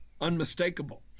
Unmistakable